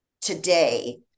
today